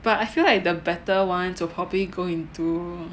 but I feel like the better ones will probably go into